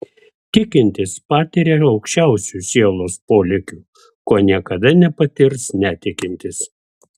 tikintis patiria aukščiausių sielos polėkių ko niekada nepatirs netikintis